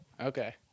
Okay